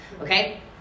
okay